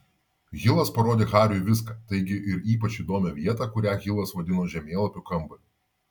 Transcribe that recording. hilas parodė hariui viską taigi ir ypač įdomią vietą kurią hilas vadino žemėlapių kambariu